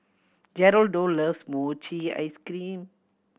Geraldo loves mochi ice cream